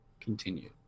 Continue